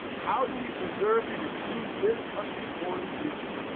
how do we preserve and improve this country for the future?